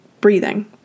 breathing